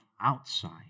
outside